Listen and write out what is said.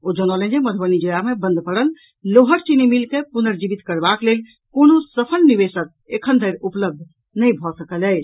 ओ जनौलनि जे मधुबनी जिला मे बंद पड़ल लोहट चीनी मिल के पुनर्जीवित करबाक लेल कोनो सफल निवेशक एखन धरि उपलब्ध नहि भऽ सकल अछि